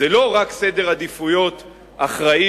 זה לא רק סדר עדיפויות אחראי,